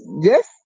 Yes